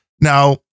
now